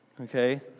okay